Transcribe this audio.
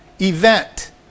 event